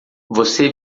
você